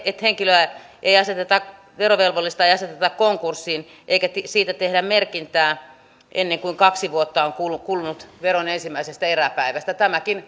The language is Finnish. että henkilöä verovelvollista ei aseteta konkurssiin eikä siitä tehdä merkintää ennen kuin kaksi vuotta on kulunut veron ensimmäisestä eräpäivästä tämäkin